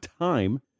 time